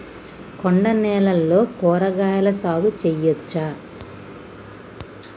కొండ నేలల్లో కూరగాయల సాగు చేయచ్చా?